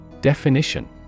Definition